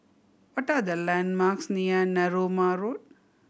what are the landmarks near Narooma Road